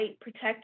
protect